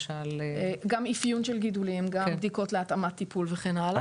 גם בדיקות להתאמת טיפול וכן הלאה.